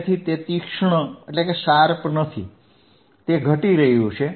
તેથી તે તીક્ષ્ણ નથી તે ઘટી રહ્યું છે